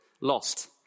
lost